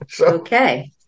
Okay